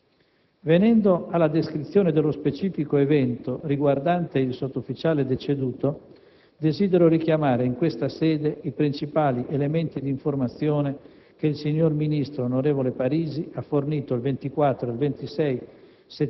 Venendo alla descrizione dello specifico evento riguardante il sottufficiale deceduto, desidero richiamare, in questa sede, i principali elementi di informazione che il signor ministro, onorevole Parisi, ha fornito il 24 e il 26 settembre